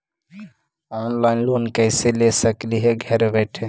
Online loan कैसे ले सकली हे घर बैठे?